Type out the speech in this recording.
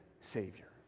Savior